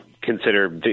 consider